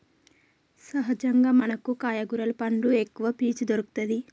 సహజంగా మనకు కాయ కూరలు పండ్లు ఎక్కవ పీచు దొరుకతది